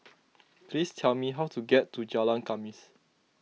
please tell me how to get to Jalan Khamis